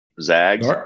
Zags